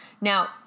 Now